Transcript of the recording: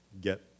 get